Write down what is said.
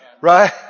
Right